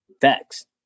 Facts